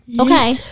okay